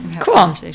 Cool